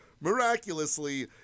miraculously